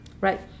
right